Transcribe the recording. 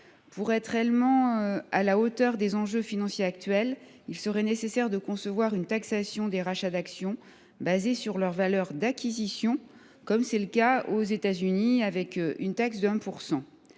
Pour être réellement à la hauteur des enjeux financiers actuels, il serait nécessaire de concevoir une taxation des rachats d’actions basée sur leur valeur d’acquisition, comme c’est le cas aux États Unis où une taxe de 1